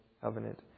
covenant